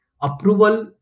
approval